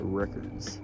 records